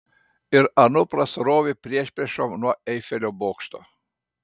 ir anupras rovė priešpriešom nuo eifelio bokšto